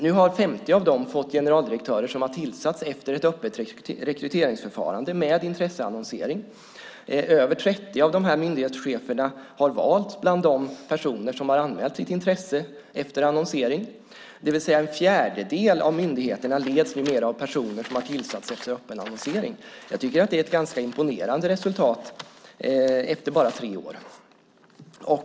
Nu har 50 av dem fått generaldirektörer som har tillsatts efter ett öppet rekryteringsförfarande med intresseannonsering. Över 30 av de här myndighetscheferna har valts bland de personer som har anmält sitt intresse efter annonsering. En fjärdedel av myndigheterna leds numera av personer som har tillsatts efter öppen annonsering. Jag tycker att det är ganska imponerande resultat efter bara tre år.